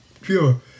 pure